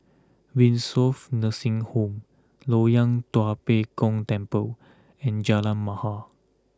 Windsor Nursing Home Loyang Tua Pek Kong Temple and Jalan Mahir